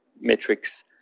metrics